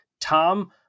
Tom